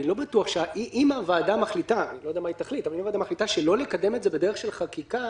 אם הוועדה מחליטה שלא לקדם את זה בדרך של חקיקה